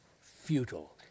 futile